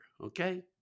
okay